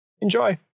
Enjoy